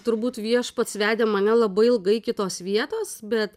turbūt viešpats vedė mane labai ilgai iki tos vietos bet